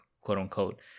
quote-unquote